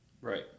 Right